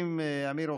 על כל פנים, רבותיי,